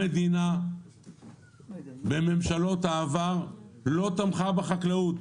המדינה וממשלות העבר לא תמכו בחקלאות.